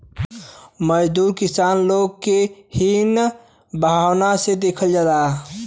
मजदूर किसान लोग के हीन भावना से देखल जाला